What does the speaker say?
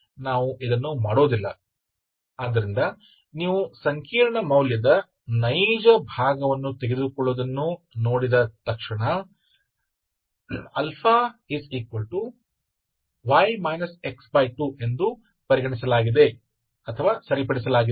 ಆದ್ದರಿಂದ ನೀವು ಸಂಕೀರ್ಣ ಮೌಲ್ಯದ ನೈಜ ಭಾಗವಾಗಿ ತೆಗೆದುಕೊಳ್ಳುವುದನ್ನು ನೋಡಿದ ತಕ್ಷಣ α αy x2 ಎಂದು ಪರಿಗಣಿಸಲಾಗಿದೆ ಸರಿಪಡಿಸಲಾಗಿದೆ